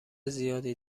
زیادی